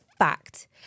fact